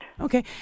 Okay